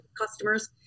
customers